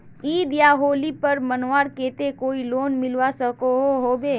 ईद या होली पर्व मनवार केते कोई लोन मिलवा सकोहो होबे?